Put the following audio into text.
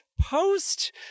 post